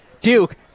Duke